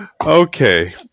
Okay